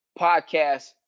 podcast